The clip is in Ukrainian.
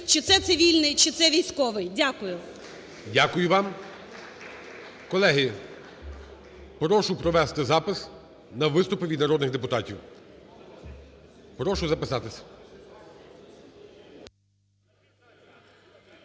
чи це цивільний, чи це військовий. Дякую. ГОЛОВУЮЧИЙ. Дякую вам. Колеги, прошу провести запис на виступи від народних депутатів. Прошу записатись.